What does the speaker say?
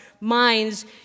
minds